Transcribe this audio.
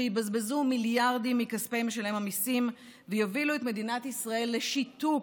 שיבזבזו מיליארדים מכספי משלם המיסים ויובילו את מדינת ישראל לשיתוק,